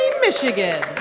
Michigan